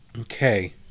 Okay